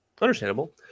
Understandable